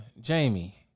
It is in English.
Jamie